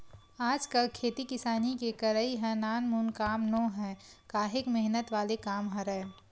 आजकल खेती किसानी के करई ह नानमुन काम नोहय काहेक मेहनत वाले काम हरय